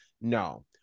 No